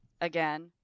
again